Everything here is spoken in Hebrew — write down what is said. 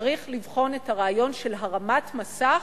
צריך לבחון את הרעיון של הרמת מסך,